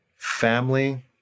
family